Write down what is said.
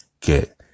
get